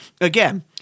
again